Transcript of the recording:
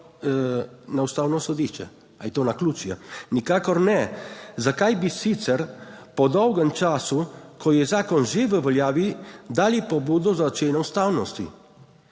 na Ustavno sodišče. Ali je to naključje? Nikakor ne. Zakaj bi sicer po dolgem času, ko je zakon že v veljavi, dali pobudo za oceno ustavnosti?